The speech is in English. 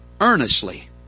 earnestly